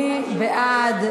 מי בעד?